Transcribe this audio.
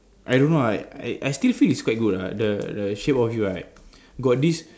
I don't know I I still feel it's quite good ah the the shape of you right got this